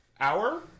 hour